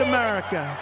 America